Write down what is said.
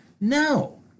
No